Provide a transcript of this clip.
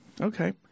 Okay